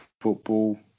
football